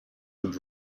und